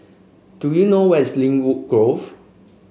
do you know where is Lynwood Grove